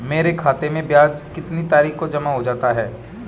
मेरे खाते में ब्याज कितनी तारीख को जमा हो जाता है?